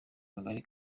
kagari